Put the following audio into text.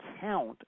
count